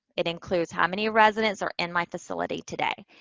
it includes how many residents are in my facility today.